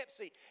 Pepsi